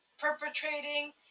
perpetrating